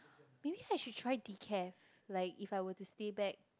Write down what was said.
maybe I should try decaf like if I were to stay back